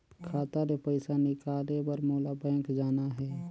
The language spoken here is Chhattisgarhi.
खाता ले पइसा निकाले बर मोला बैंक जाना हे?